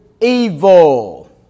evil